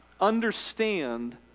understand